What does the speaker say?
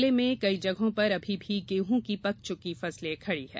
जिले में कई जगहों पर अभी भी गेहूं की पक चुकी फसले खड़ी है